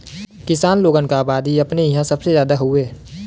किसान लोगन क अबादी अपने इंहा सबसे जादा हउवे